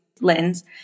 lens